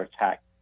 attack